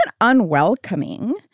unwelcoming